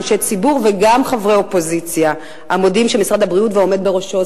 אנשי ציבור וגם חברי אופוזיציה המודים שמשרד הבריאות והעומד בראשו,